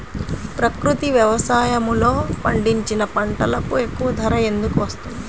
ప్రకృతి వ్యవసాయములో పండించిన పంటలకు ఎక్కువ ధర ఎందుకు వస్తుంది?